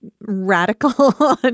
radical